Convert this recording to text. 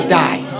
die